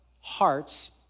hearts